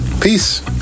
Peace